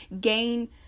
gain